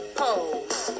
pose